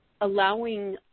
allowing